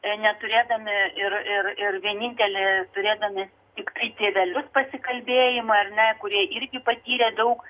neturėdami ir ir ir vienintelį turėdami tiktai tėvelius pasikalbėjimui ar ne kurie irgi patyrė daug